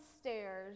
stairs